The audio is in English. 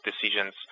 decisions